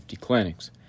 clinics